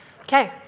Okay